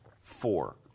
Four